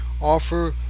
offer